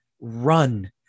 run